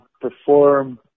perform